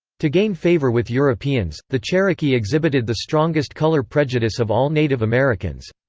to gain favor with europeans, the cherokee exhibited the strongest color prejudice of all native americans.